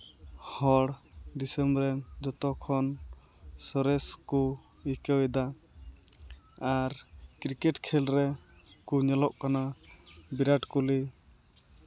ᱦᱚᱲ ᱫᱤᱥᱚᱢ ᱨᱮᱱ ᱡᱚᱛᱚ ᱠᱷᱚᱱ ᱥᱚᱨᱮᱥ ᱠᱚ ᱟᱹᱭᱠᱟᱹᱣ ᱮᱫᱟ ᱟᱨ ᱠᱨᱤᱠᱮᱴ ᱠᱷᱮᱞ ᱨᱮ ᱠᱩ ᱧᱮᱞᱚᱜ ᱠᱟᱱᱟ ᱵᱤᱨᱟᱴ ᱠᱳᱦᱞᱤ